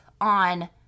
on